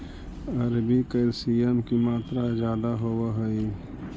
अरबी में कैल्शियम की मात्रा ज्यादा होवअ हई